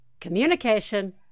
communication